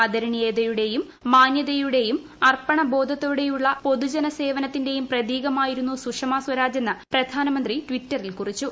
ആദരണീയതയുടെയും മാന്യതയുടേയും അർപ്പണ ബോധത്തോടെയുള്ള പൊതുജന സേവനത്തിന്റേയും പ്രതീകമായിരുന്നു സുഷമ സ്വരാജെന്ന് പ്രധാനമന്ത്രി ടിറ്ററിൽ കുറിച്ചു